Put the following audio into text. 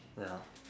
ya